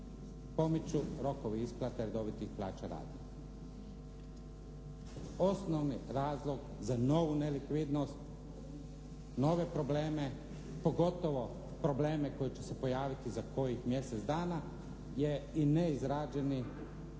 pomiču rokovi isplate redovitih plaća radnika. Osnovni razlog za novu nelikvidnost, nove probleme, pogotovo probleme koji će se pojaviti za kojih mjesec dana je i neizrađeni